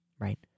right